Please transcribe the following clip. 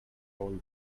all